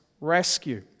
rescue